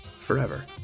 Forever